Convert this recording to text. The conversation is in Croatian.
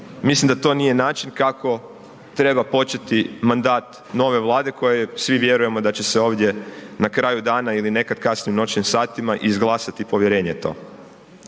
Mislim da to nije način kako treba početi mandat nove Vlade koje svi vjerujem da će se ovdje na kraju dana ili nekad kasnim noćnim satima, izglasati povjerenje to.